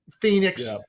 Phoenix